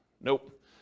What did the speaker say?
nope